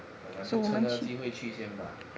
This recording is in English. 我们就趁那个机会去先吧